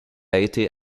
été